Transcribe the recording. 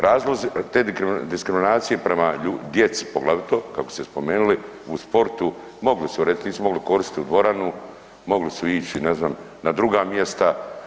Razlozi te diskriminacije prema djeci poglavito, kako ste spomenuli u sportu mogli su … nisu mogli koristiti dvoranu, mogli su ići ne znam na druga mjesta.